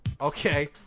Okay